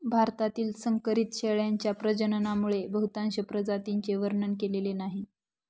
भारतातील संकरित शेळ्यांच्या प्रजननामुळे बहुतांश प्रजातींचे वर्णन केलेले नाही